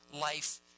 life